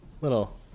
little